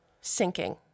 sinking